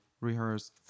rehearse